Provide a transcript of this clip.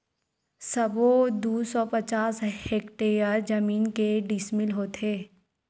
सबो दू सौ पचास हेक्टेयर जमीन के डिसमिल होथे?